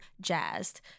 jazzed